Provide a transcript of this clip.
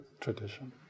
tradition